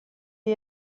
die